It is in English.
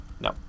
No